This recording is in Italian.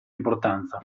importanza